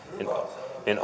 niin